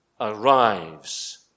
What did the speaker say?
arrives